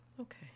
Okay